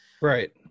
right